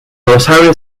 rosario